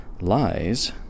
lies